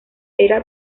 era